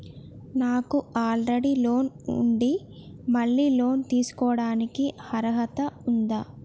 నాకు already loan ఉండి మళ్ళీ లోన్ తీసుకోవడానికి అర్హత ఉందా?